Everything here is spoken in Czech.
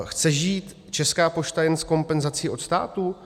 Chce žít Česká pošta jen z kompenzací od státu?